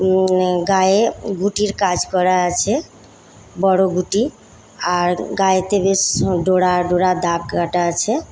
গায়ে গুটির কাজ করা আছে বড়ো গুটি আর গায়েতে বেশ ডোরা ডোরা দাগ কাটা আছে